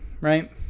right